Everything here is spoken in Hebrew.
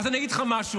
אז אני אגיד לך משהו,